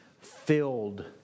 filled